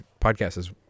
podcasts